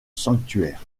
sanctuaire